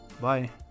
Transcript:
Bye